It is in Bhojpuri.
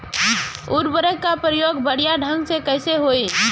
उर्वरक क प्रयोग बढ़िया ढंग से कईसे होई?